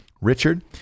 Richard